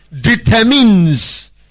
determines